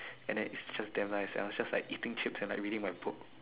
and then it's just damn nice I'm just like eating chips and I reading my books